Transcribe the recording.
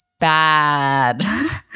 Bad